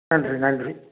நன்றி நன்றி